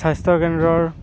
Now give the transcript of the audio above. স্বাস্থ্য কেন্দ্ৰৰ